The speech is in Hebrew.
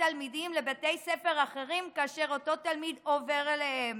תלמידים לבתי הספר האחרים כאשר אותו תלמיד עובר אליהם.